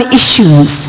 issues